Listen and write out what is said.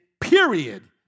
period